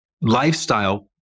lifestyle